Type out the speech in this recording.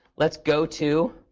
let's go to